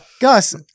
Gus